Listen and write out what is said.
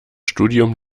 studium